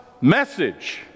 message